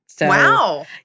Wow